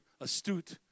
astute